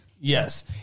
Yes